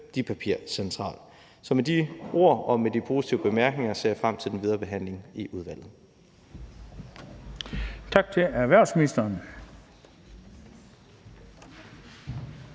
værdipapircentral. Med de ord og med de positive bemærkninger ser jeg frem til den videre behandling i udvalget.